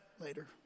later